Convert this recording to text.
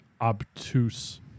obtuse